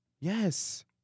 Yes